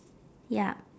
ya